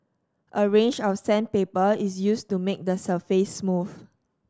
a range of sandpaper is used to make the surface smooth